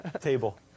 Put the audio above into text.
Table